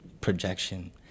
projection